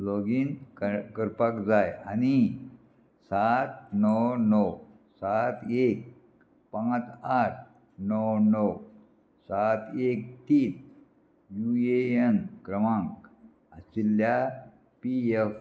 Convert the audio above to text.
login करपाक जाय आनी सात णव णव सात एक पांच आठ णव णव सात एक तीन यु ए एन क्रमांक आशिल्ल्या पी एफ